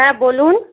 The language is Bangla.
হ্যাঁ বলুন